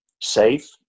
safe